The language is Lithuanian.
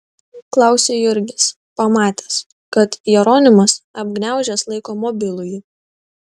klausia jurgis pamatęs kad jeronimas apgniaužęs laiko mobilųjį